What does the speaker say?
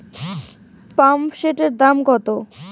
পাম্পসেটের দাম কত?